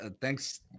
Thanks